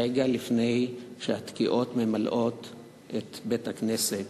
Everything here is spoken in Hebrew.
רגע לפני שהתקיעות ממלאות את בית-הכנסת: